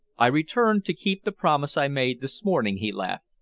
i returned to keep the promise i made this morning, he laughed,